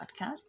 podcast